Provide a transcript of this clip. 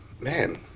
Man